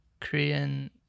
korean